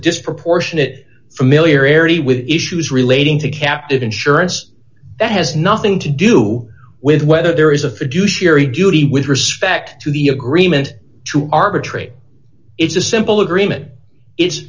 disproportionate familiarity with issues relating to captive insurance that has nothing to do with whether there is a fiduciary duty with respect to the agreement to arbitrate it's a simple agreement it's